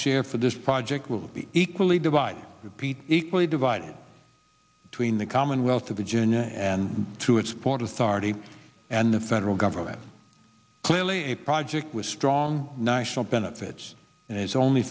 share for this project will be equally divided repeat equally divided between the commonwealth of virginia and to its port authority and the federal government clearly a project with strong national benefits and is only